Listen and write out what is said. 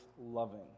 loving